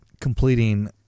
completing